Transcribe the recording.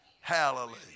Hallelujah